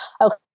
Okay